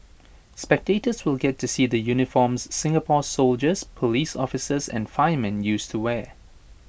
spectators will get to see the uniforms Singapore's soldiers Police officers and firemen used to wear